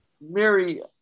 Mary